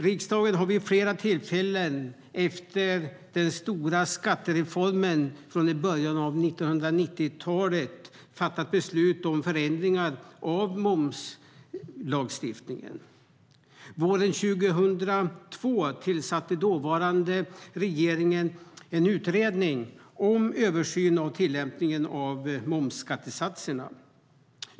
Riksdagen har vid flera tillfällen efter den stora skattereformen från början av 1990-talet fattat beslut om förändringar av momslagstiftningen. Våren 2002 tillsatte dåvarande regeringen en utredning om översyn av tillämpningen av momsskattesatserna.